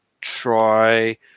try